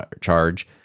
charge